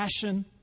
passion